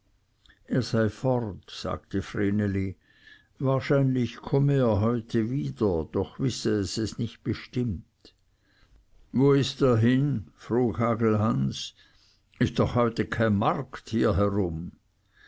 er sei fort sagte vreneli wahrscheinlich komme er heute wieder doch wisse es es nicht bestimmt wo ist er hin frug hagelhans ist doch heute kein markt hier herum